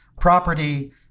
property